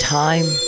time